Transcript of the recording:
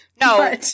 No